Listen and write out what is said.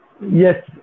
Yes